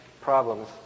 problems